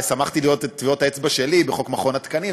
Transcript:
שמחתי לראות את טביעות האצבע שלי בחוק מכון התקנים,